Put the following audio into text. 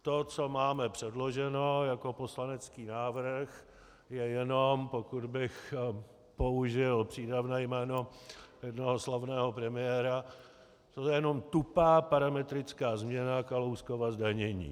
To, co máme předloženo jako poslanecký návrh, je jenom, pokud bych použil přídavné jméno jednoho slavného premiéra, to je jenom tupá parametrická změna Kalouskova zdanění.